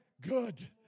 good